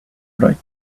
right